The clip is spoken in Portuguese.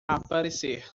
aparecer